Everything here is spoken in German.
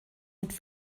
mit